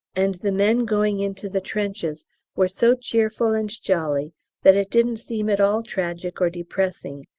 and the men going into the trenches were so cheerful and jolly that it didn't seem at all tragic or depressing,